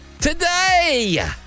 today